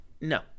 No